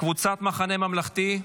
קבוצת סיעת המחנה הממלכתי,